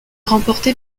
remportée